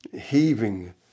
heaving